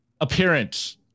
appearance